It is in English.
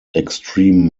extreme